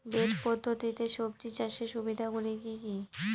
Bed পদ্ধতিতে সবজি চাষের সুবিধাগুলি কি কি?